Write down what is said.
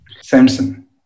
Samson